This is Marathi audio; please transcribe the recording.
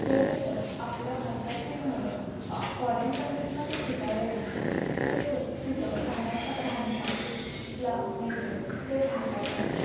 ज जसं आपल्या भारतातील मुलं फॉरेन कंट्रीमध्ये शिकायला गेली तसे तिथं राहण्याचा राहणीमान तिथला नेचर ते भारतात अन